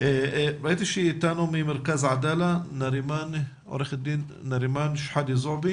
עו"ד נרימאן שחאדה זועבי